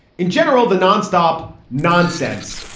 in general, the non-stop non-sense,